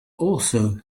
also